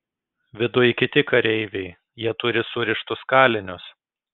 viduj kiti kareiviai jie turi surištus kalinius